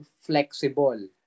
flexible